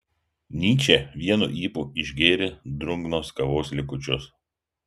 nyčė vienu ypu išgėrė drungnos kavos likučius